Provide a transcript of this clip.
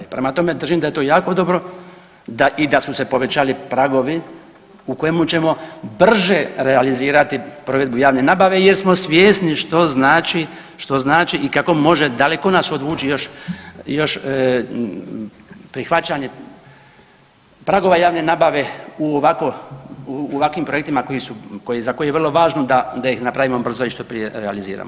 Prema tome, držim da je to jako dobro i da su se povećali pragovi u kojem ćemo brže realizirati provedbu javne nabave jer smo svjesni što znači i kako može daleko nas odvući još prihvaćanje pragova javne nabave u ovakvim projektima za koje je vrlo važno da ih napravimo brzo i što prije realiziramo.